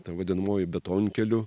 ta vadinamoji betonkeliu